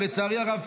ולצערי הרב,